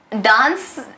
dance